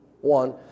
one